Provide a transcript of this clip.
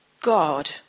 God